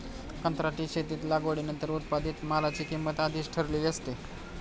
कंत्राटी शेतीत लागवडीनंतर उत्पादित मालाची किंमत आधीच ठरलेली असते